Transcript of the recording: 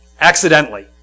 accidentally